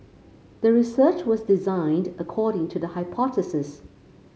the research was designed according to the hypothesis